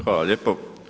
Hvala lijepo.